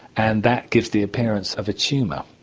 and that gives the appearance of a tumour.